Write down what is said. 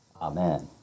Amen